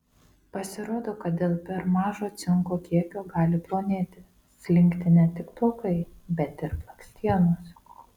pasirodo kad dėl per mažo cinko kiekio gali plonėti slinkti ne tik plaukai bet ir blakstienos